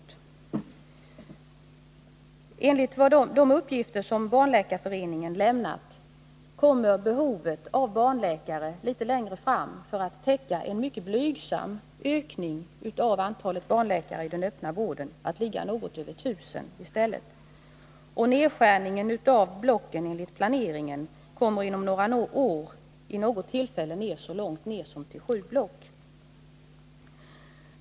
Litet längre fram i tiden kommer, enligt de uppgifter som Barnläkarföreningen lämnat, behovet av barnläkare i den öppna vården att ligga på något över 1 000 för att man skall kunna täcka en mycket blygsam ökning av antalet barnläkare. Nedskärningen av blocken enligt planeringen kommer inom några år att innebära att antalet block inte vid något tillfälle blir större än sju.